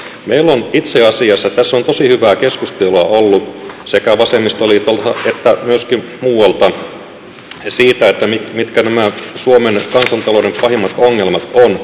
tässä on itse asiassa tosi hyvää keskustelua ollut sekä vasemmistoliitolta että myöskin muualta siitä mitkä nämä suomen kansantalouden pahimmat ongelmat ovat